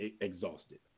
exhausted